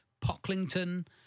Pocklington